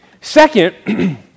Second